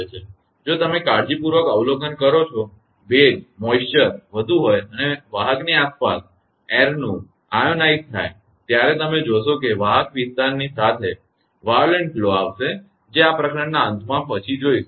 અને જો તમે કાળજીપૂર્વક અવલોકન કરો કે જો ભેજ વધુ હોય અને વાહકની આસપાસ વાયુહવાનું પ્રસારઆયનોઇઝ્ડ થાય ત્યારે તમે જોશો કે વાહક વિસ્તારની સાથે વાયોલેટ ગ્લો આવશે અને જે આપણે આ પ્રકરણના અંત પછી જોઇશું